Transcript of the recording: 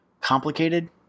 complicated